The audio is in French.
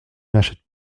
n’achète